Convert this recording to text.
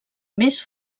més